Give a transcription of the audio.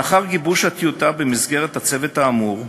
לאחר גיבוש הטיוטה במסגרת הצוות האמור,